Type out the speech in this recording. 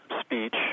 speech